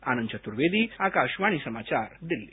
आनंद चतुर्वेदी आकाशवाणी समाचार दिल्ली